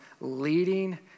leading